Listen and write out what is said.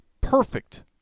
perfect